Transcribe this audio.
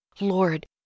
Lord